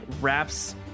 wraps